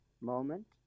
moment